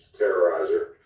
Terrorizer